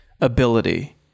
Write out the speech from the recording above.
ability